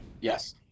Yes